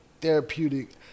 therapeutic